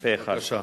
פה אחד.